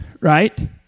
right